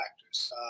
factors